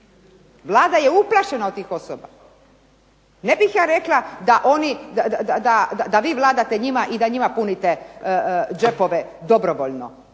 Vlada je uplašena od tih osoba. Ne bih ja rekla da vi vladate njima i da njima punite džepove dobrovoljno,